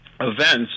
events